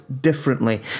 differently